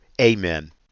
amen